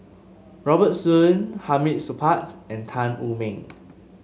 Robert Soon Hamid Supaat and Tan Wu Meng